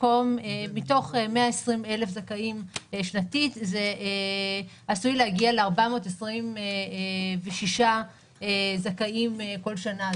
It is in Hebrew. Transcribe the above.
מתוך 120,000 זכאים שנתית זה עשוי להגיע ל-426 זכאים כל שנה.